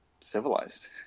civilized